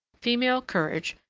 female courage,